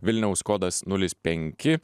vilniaus kodas nulis penki